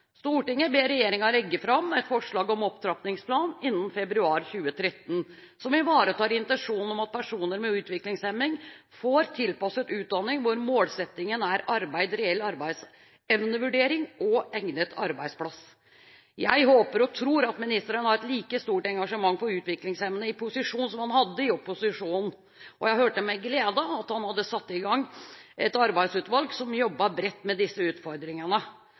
ber regjeringen legge frem forslag om en opptrappingsplan, innen februar 2013, som ivaretar intensjonen om at personer med utviklingshemming får tilpasset utdanning hvor målsettingen er arbeid, reell arbeidsevnevurdering og en egnet arbeidsplass.» Jeg håper og tror at ministeren i posisjon har et like stort engasjement for utviklingshemmede som han hadde i opposisjon, og jeg hørte med glede at han hadde satt i gang et arbeidsutvalg som jobbet bredt med disse utfordringene.